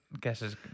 guesses